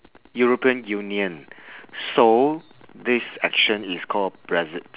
european union so this action is called brexit